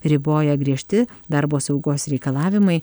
riboja griežti darbo saugos reikalavimai